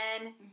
again